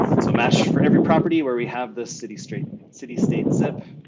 so match for every property where we have the city-state city-state zip,